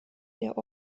der